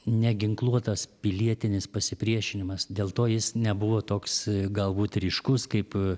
neginkluotas pilietinis pasipriešinimas dėl to jis nebuvo toks galbūt ryškus kaip